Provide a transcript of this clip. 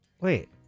Wait